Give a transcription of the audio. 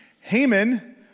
Haman